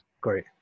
great